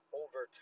over